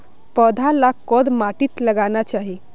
पौधा लाक कोद माटित लगाना चही?